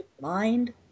Mind